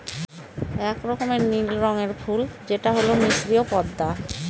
এক রকমের নীল রঙের ফুল যেটা হল মিসরীয় পদ্মা